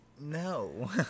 No